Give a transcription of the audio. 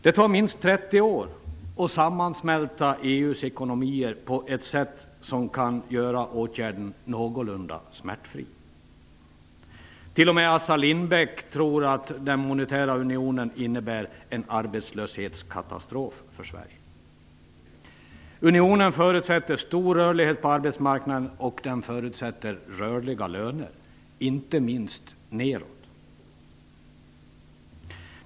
Det tar minst 30 år att sammansmälta EU:s ekonomier på ett sätt som kan göra åtgärden någorlunda smärtfri. T.o.m. Assar Lindbeck tror att den monetära unionen innebär en arbetslöshetskatastrof för Sverige. Unionen förutsätter stor rörlighet på arbetsmarknaden och även rörliga löner, inte minst neråt.